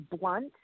blunt